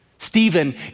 Stephen